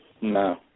No